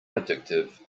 addictive